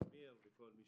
ולכל מי